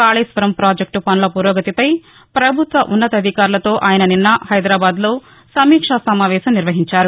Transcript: కాళేశ్వరం ప్రాజెక్లు పనుల పురోగతిపై ప్రభుత్వ ఉన్నతాధికారులతో ఆయన నిన్న హైదరాబాద్ లో సమీక్షా సమావేశం నిర్వహించారు